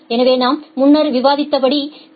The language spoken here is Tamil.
எனவே நாம் முன்னர் விவாதித்தபடி டி